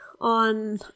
on